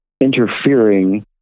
interfering